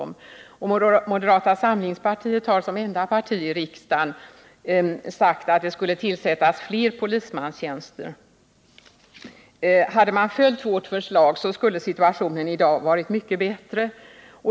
Moderata samlingspartiet har som enda parti i riksdagen sagt att det borde tillsättas flera polismanstjänster. Hade man följt vårt förslag, skulle situationen i dag ha varit mycket bättre.